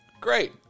great